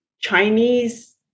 Chinese